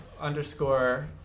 Underscore